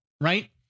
right